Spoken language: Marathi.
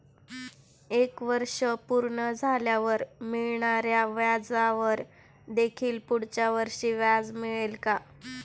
एक वर्ष पूर्ण झाल्यावर मिळणाऱ्या व्याजावर देखील पुढच्या वर्षी व्याज मिळेल का?